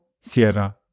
Sierra